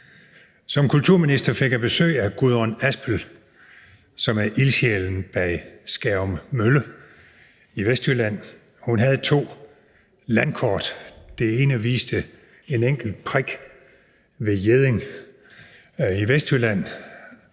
Som kulturminister fik jeg besøg af Gudrun Aspel, som er ildsjælen bag Skærum Mølle i Vestjylland. Hun havde to landkort. Det ene viste en enkelt prik ved Hjedding i Vestjylland,